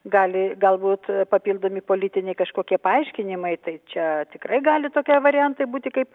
gali galbūt papildomi politiniai kažkokie paaiškinimai tai čia tikrai gali tokie variantai būti kaip